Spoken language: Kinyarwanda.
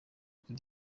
kuri